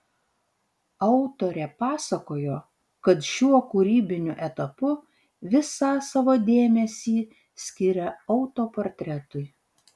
autorė pasakojo kad šiuo kūrybiniu etapu visą savo dėmesį skiria autoportretui